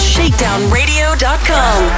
ShakedownRadio.com